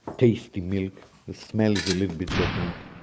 tasty milk, the smell is a little bit different.